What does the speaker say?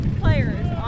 players